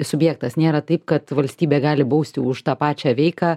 subjektas nėra taip kad valstybė gali bausti už tą pačią veiką